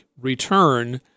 return